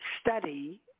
study